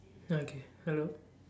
okay hello